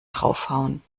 draufhauen